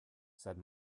said